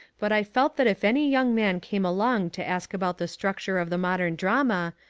but i felt that if any young man came along to ask about the structure of the modern drama,